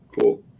Cool